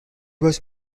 was